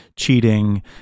cheating